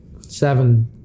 seven